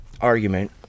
argument